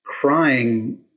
crying